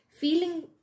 feeling